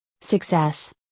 success